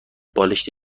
بالشت